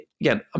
again